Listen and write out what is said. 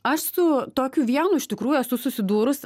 aš su tokiu vienu iš tikrųjų esu susidūrus